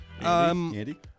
Andy